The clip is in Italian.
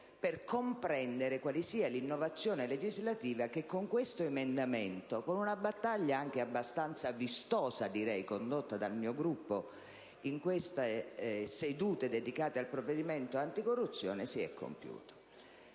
per comprendere quale sia l'innovazione legislativa che con questo emendamento, con una battaglia anche abbastanza vistosa condotta dal mio Gruppo in queste sedute dedicate al provvedimento anticorruzione, si è compiuta.